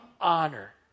honor